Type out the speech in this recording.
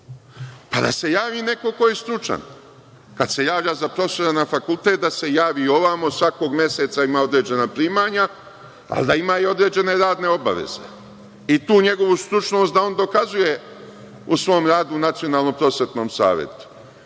pa da se javi neko ko je stručan. Kada se javlja za profesora na fakultetu, da se javi i ovamo. Svakog meseca ima određena primanja, pa valjda ima i određene radne obaveze i tu njegovu stručnost da on dokazuje u svom radu Nacionalnom prosvetnom savetu. Ubeđen